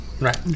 Right